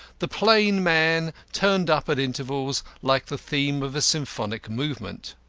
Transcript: the plain man turned up at intervals like the theme of a symphonic movement.